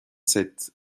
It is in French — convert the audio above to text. sept